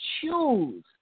choose